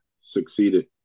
succeeded